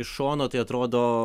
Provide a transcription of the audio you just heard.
iš šono tai atrodo